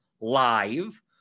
live